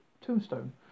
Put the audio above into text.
Tombstone